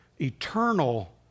eternal